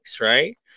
Right